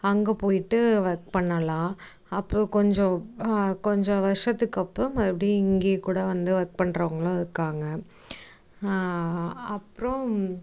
அங்கே போயிவிட்டு ஒர்க் பண்ணலாம் அப்புறோம் கொஞ்சம் கொஞ்சம் வருஷத்துக்கப்புறோம் மறுபடியும் இங்கேயே கூட வந்து ஒர்க் பண்ணுறவங்களும் இருக்காங்க அப்புறோம்